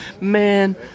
Man